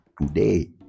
Today